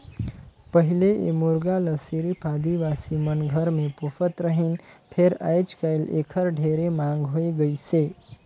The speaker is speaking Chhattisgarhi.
पहिले ए मुरगा ल सिरिफ आदिवासी मन घर मे पोसत रहिन फेर आयज कायल एखर ढेरे मांग होय गइसे